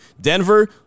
Denver